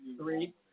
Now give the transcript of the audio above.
Three